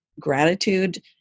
gratitude